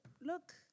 Look